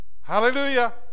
Hallelujah